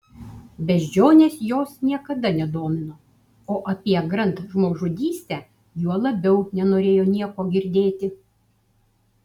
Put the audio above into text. beždžionės jos niekada nedomino o apie grand žmogžudystę juo labiau nenorėjo nieko girdėti